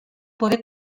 poder